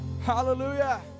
Hallelujah